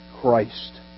Christ